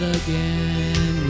again